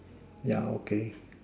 yeah okay